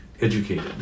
educated